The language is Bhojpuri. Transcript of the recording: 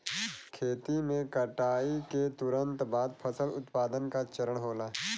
खेती में कटाई के तुरंत बाद फसल उत्पादन का चरण होला